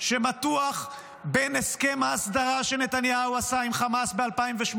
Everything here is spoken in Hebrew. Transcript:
שמתוח בין הסכם ההסדרה שנתניהו עשה עם חמאס ב-2018,